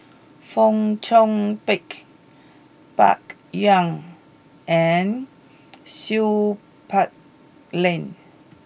Fong Chong Pik Bai Yan and Seow Peck Leng